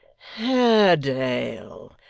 haredale!